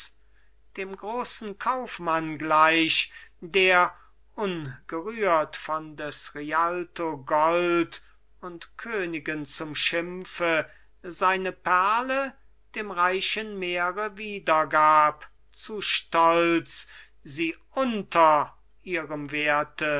dem großen kaufmann gleich der ungerührt von des rialto gold und königen zum schimpfe seine perle dem reichen meere wiedergab zu stolz sie unter ihrem werte